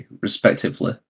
respectively